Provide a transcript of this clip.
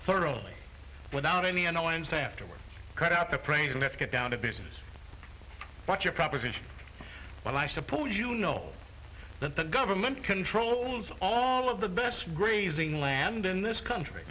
thoroughly without any annoyance afterward cut out the prey and let's get down to business but your proposition well i suppose you know that the government controls all of the best grazing land in this country